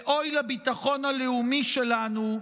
ואוי לביטחון הלאומי שלנו,